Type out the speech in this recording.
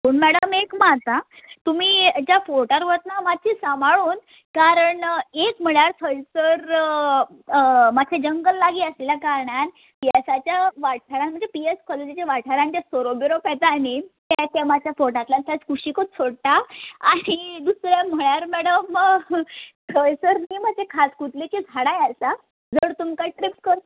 पूण मॅडम एक मात आ तुमी ज्या फोटार वत्ना माश्शी सामाळून कारण एक म्हळ्या थंयसर मातशें जंगल लागीं आसल्या कारणान पीएसाच्या वाठारान म्हन्जे पी ए स कॉलेजीच्या वाठारान ते सोरोप बिरोप येता न्ही ते ते माश्शे फोटातल्यान थंयच कुशिकूत सोडटा आनी दुसरें म्हळ्यार मॅडम थंयसर न्ही मात्शें खाजकुतलेचीं झाडांय आसा जर तुमकां ट्रीप कर